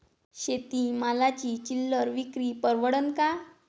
शेती मालाची चिल्लर विक्री परवडन का?